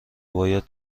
باید